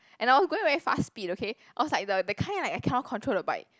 and I was going very fast speed okay I was like the the kind like I cannot control the bike